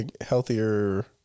healthier